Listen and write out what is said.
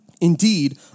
Indeed